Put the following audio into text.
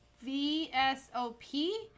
V-S-O-P